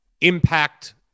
impact